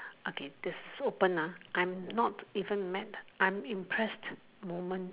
okay this so open ah I'm not even mad I'm impressed moment